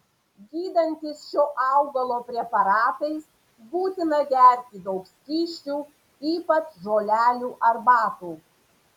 gydantis šio augalo preparatais būtina gerti daug skysčių ypač žolelių arbatų